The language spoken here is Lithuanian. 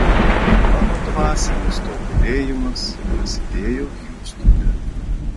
mano dvasinis tobulėjimas prasidėjo hjustone